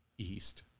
East